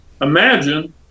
imagine